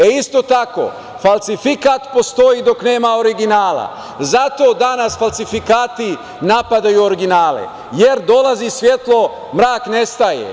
Isto tako, falsifikat postoji dok nema originala, zato danas falsifikati napadaju originale, jer dolazi svetlo, mrak ne staje.